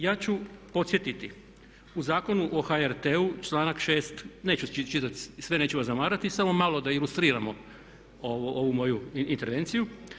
Ja ću podsjetiti u Zakonu o HRT-u članak 6., neću čitati sve, neću vas zamarati, samo malo da ilustriramo ovu moju intervenciju.